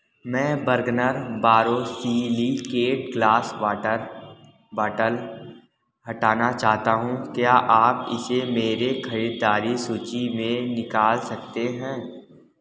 मैं Bergner borosilicate glass water bottle हटाना चाहता हूँ क्या आप इसे मेरी खरीदारी सूची से निकाल सकते हैं